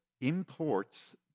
imports